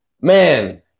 Man